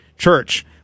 Church